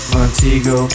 Montego